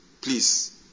Please